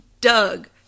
doug